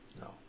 No